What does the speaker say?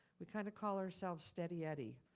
we kinda call ourselves steady eddy.